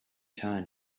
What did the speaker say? turn